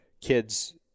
kids